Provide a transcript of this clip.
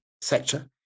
sector